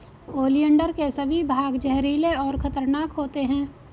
oleander के सभी भाग जहरीले और खतरनाक होते हैं